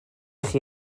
chi